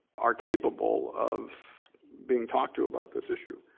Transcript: are capable of being talked to about this issue.